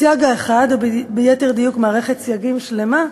הסייג האחד, או ביתר דיוק מערכת סייגים שלמה,